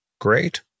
Great